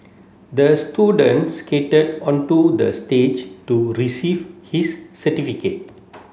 the student skated onto the stage to receive his certificate